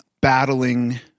battling